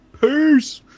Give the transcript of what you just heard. Peace